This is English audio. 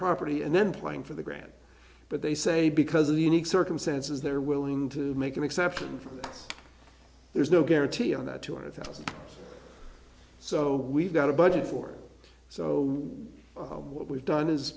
property and then playing for the grant but they say because of the unique circumstances they're willing to make an exception for us there's no guarantee on that two hundred thousand so we've got a budget for so what we've done is